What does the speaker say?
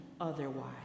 otherwise